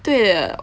对的